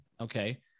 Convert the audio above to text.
okay